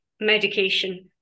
medication